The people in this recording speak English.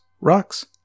rocks